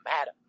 matter